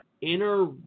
Inner